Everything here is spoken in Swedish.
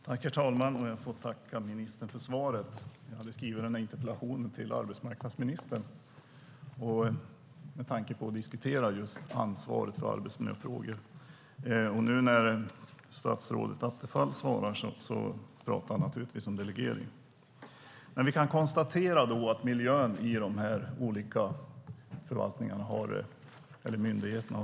Herr talman! Jag får tacka ministern för svaret. Jag hade skrivit interpellationen till arbetsmarknadsministern för att få diskutera ansvaret för arbetsmiljöfrågor. Nu när statsrådet Attefall svarar pratar jag naturligtvis om delegering. Vi kan konstatera att miljön har förändrats i de olika myndigheterna.